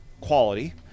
quality